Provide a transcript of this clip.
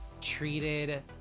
treated